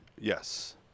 Yes